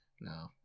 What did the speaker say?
No